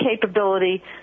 capability